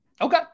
Okay